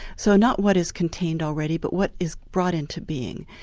so not what is contained already, but what is brought into being.